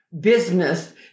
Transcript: business